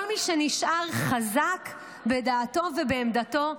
כל מי שנשאר חזק בדעתו ובעמדתו,